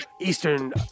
Eastern